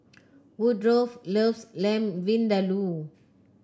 Woodrow loves Lamb Vindaloo